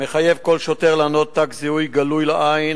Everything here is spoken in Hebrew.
מחייב כל שוטר לענוד תג זיהוי גלוי לעין,